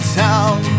town